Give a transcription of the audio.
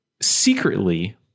secretly